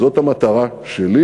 זאת המטרה שלי.